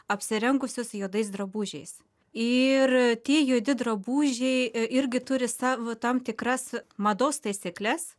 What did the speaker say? apsirengusios juodais drabužiais ir tie juodi drabužiai irgi turi savo tam tikras mados taisykles